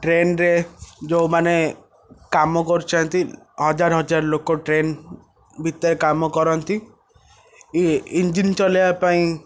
train ରେ ଯେଉଁମାନେ କାମ କରୁଛନ୍ତି ହଜାରହଜାର ଲୋକ ଟ୍ରେନ୍ ଭିତରେ କାମକରନ୍ତି ଇଞ୍ଜିନ ଚଲାଇବାପାଇଁ